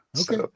Okay